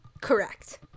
Correct